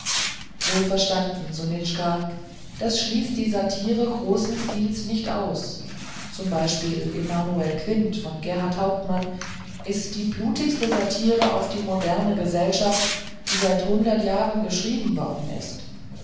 wohlverstanden sonitschka das schließt die satyre großen stils nicht aus zum beispiel emanuel quint von gerhart hauptmann ist die blutigste satyre auf die moderne gesellschaft die seit hundert jahren geschrieben worden ist